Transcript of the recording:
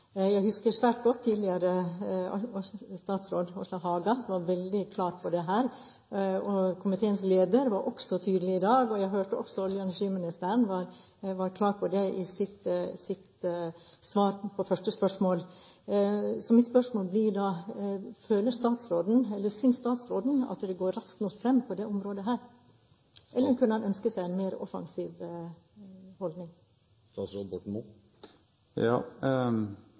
Jeg husker svært godt tidligere statsråd Åslaug Haga, som var veldig klar på dette. Komiteens leder var også tydelig i dag, og jeg hørte også at olje- og energiministeren var klar på dette i sitt svar på første spørsmål. Så mitt spørsmål blir da: Synes statsråden at det går raskt nok fram på dette området, eller kunne han ønske seg en mer offensiv holdning?